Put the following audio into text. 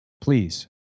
please